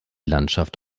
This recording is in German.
landschaft